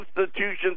institutions